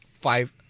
five